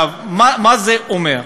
מה זה אומר?